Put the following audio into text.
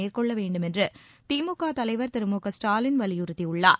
மேற்கொள்ள வேண்டுமென்று திமுக தலைவர் திரு மு க ஸ்டாலின் வலியுறுத்தியுள்ளார்